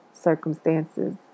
circumstances